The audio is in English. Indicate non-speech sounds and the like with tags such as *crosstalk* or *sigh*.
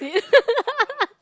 ceed *laughs*